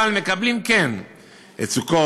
אבל כן מקבלים את סוכות,